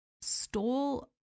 stole